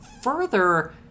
Further